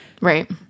right